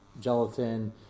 gelatin